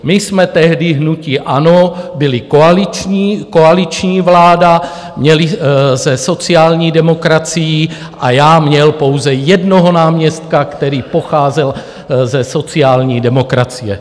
My jsme tehdy, hnutí ANO, byli koaliční koaliční vláda měli se sociální demokracií a já měl pouze jednoho náměstka, který pocházel ze sociální demokracie.